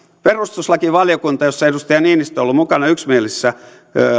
perustuslakivaliokunta jossa edustaja niinistö on ollut mukana yksimielisissä